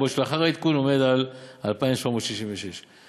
ואילו לאחר העדכון הוא עומד על 2,766 שקלים.